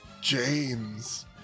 James